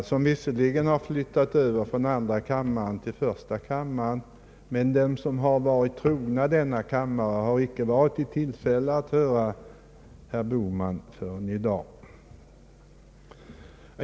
Den senare har visserligen flyttat över hit från andra kammaren, men de som har varit trogna denna kammare har kanske icke varit i tillfälle att höra herr Bohman förrän i dag.